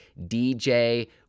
dj